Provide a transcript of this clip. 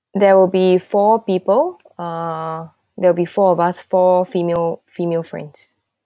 there will be four people ah there will be four of us four female female friends